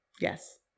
Yes